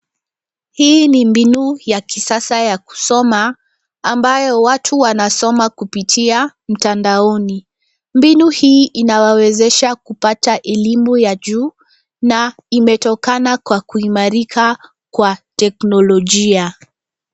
Hii ni mbinu ya kisasa ya kusoma ambayo watu wanasoma kupitia mtandaoni. Mbinu hii inawawezesha kupata elimu ya juu na imetokana kwa kuimarika kwa teknolojia.